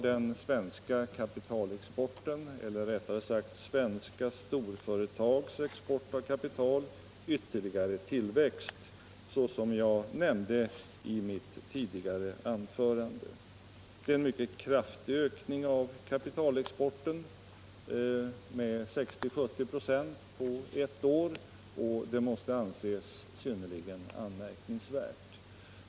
De svenska storföretagens export av kapital har ytterligare tillväxt, såsom jag nämnde i mitt tidigare anförande. Det är en mycket kraftig ökning av kapitalexporten med 60-70 96 på ett år, och det måste anses synnerligen anmärkningsvärt.